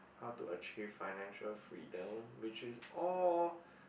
how to achieve financial freedom which is all